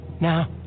Now